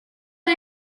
chi